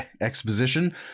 exposition